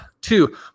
two